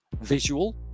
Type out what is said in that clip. Visual